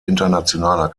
internationaler